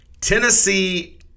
Tennessee